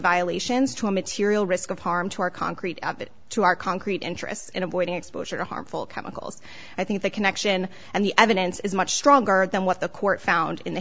violations to a material risk of harm to our concrete to our concrete interests in avoiding exposure to harmful chemicals i think the connection and the evidence is much stronger than what the court found in the